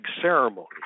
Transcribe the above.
ceremony